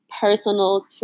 personal